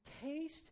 Taste